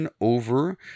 over